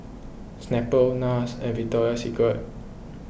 Snapple Nars and Victoria Secret